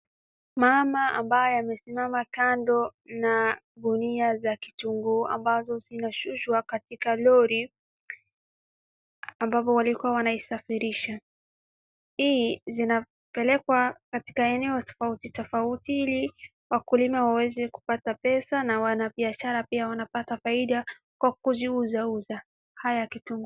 Mama ambaye amesimama kando na gunia za kitunguu, ambazo zinashushwa katika lori, ambapo walikuwa wanaisafirisha, hii zinapelekwa katika eneo tofauti tofauti ili wakulima waweze kupata pesa na wanabiashara pia wapate faida kwa kuziuzauza haya kitunguu.